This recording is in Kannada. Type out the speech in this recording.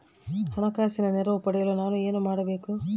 ಹಣಕಾಸಿನ ನೆರವು ಪಡೆಯಲು ನಾನು ಏನು ಮಾಡಬೇಕು?